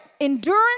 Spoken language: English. endurance